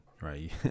right